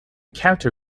character